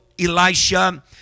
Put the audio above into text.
Elisha